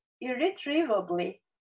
irretrievably